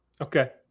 Okay